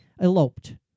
eloped